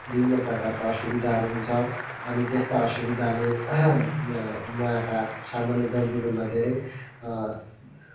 विभिन्न प्रकारका असुविधाहरू हुन्छ अनि त्यस्ता असुविधाले वहाँका सामान्य जनजीवनमा धेरै